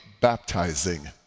baptizing